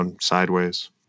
sideways